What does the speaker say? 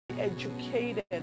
educated